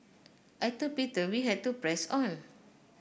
I told Peter we had to press on